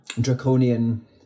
draconian